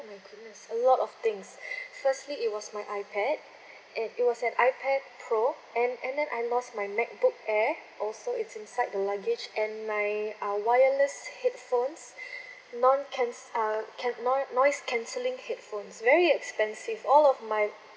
oh my goodness a lot of things firstly it was my iPad and it was an iPad pro and and then I lost my Macbook air also it's inside the luggage and my uh wireless headphones none can~ uh can none noise cancelling headphones very expensive all of my